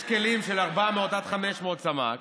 יש כלים של 400 500 סמ"ק,